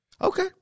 Okay